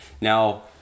Now